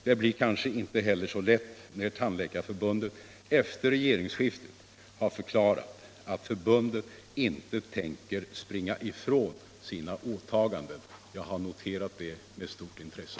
Det blir kanske inte heller så lätt när Tandläkarförbundet efter regeringsskiftet har förklarat att förbundet inte tänker springa ifrån sina åtaganden. Jag har noterat det med stort intresse.